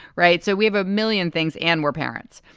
right. so we have a million things and we're parents.